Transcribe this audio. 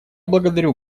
благодарю